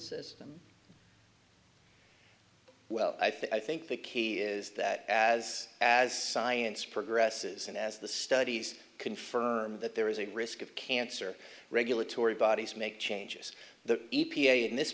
system well i think the key is that as as science progresses and as the studies confirm that there is a risk of cancer regulatory bodies make changes the e p a in this